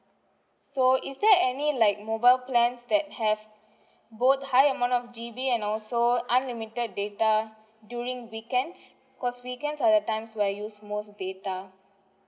so is there any like mobile plans that have both high amount of G_B and also unlimited data during weekends cause weekends are the times where I use most data